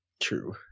True